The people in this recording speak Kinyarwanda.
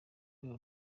rwego